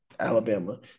Alabama